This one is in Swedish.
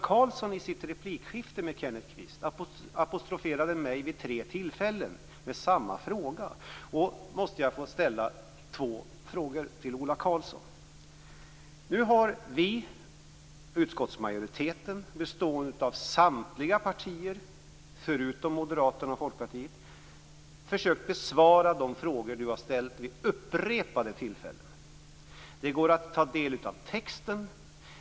Kenneth Kvist apostroferade mig vid tre tillfällen med samma fråga måste jag få ställa två frågor till Ola Karlsson. Nu har vi i utskottsmajoriteten, bestående av samtliga partier utom Moderaterna och Folkpartiet, försökt besvara de frågor han ställt vid upprepade tillfällen. Det går att ta del av texten.